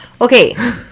Okay